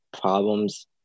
problems